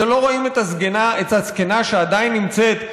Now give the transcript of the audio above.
אתם לא רואים את הזקנה שעדיין נמצאת,